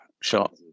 shot